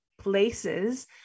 places